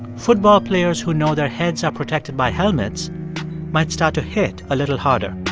football players who know their heads are protected by helmets might start to hit a little harder